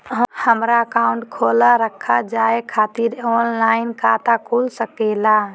हमारा अकाउंट खोला रखा जाए खातिर ऑनलाइन खाता खुल सके ला?